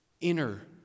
inner